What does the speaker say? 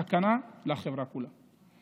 סכנה לחברה כולה.